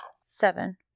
seven